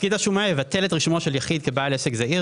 פקיד השומה יבטל את רישומו של יחיד כבעל עסק זעיר